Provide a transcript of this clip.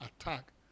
attack